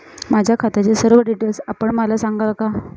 माझ्या खात्याचे सर्व डिटेल्स आपण मला सांगाल का?